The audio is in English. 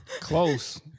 Close